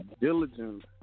diligent